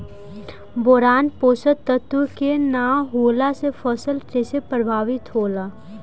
Boron पोषक तत्व के न होला से फसल कइसे प्रभावित होला?